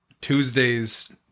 tuesday's